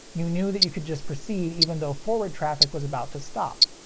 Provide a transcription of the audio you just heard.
you knew that you could just proceed even though forward traffic was about to stop.